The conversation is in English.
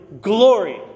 glory